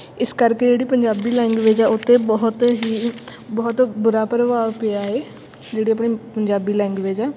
ਇਸ ਕਰਕੇ ਜਿਹੜੀ ਪੰਜਾਬੀ ਲੈਂਗੁਏਜ ਹੈ ਉਹ 'ਤੇ ਬਹੁਤ ਹੀ ਬਹੁਤ ਬੁਰਾ ਪ੍ਰਭਾਵ ਪਿਆ ਏ ਜਿਹੜੀ ਆਪਣੀ ਪੰਜਾਬੀ ਲੈਂਗੁਏਜ ਹੈ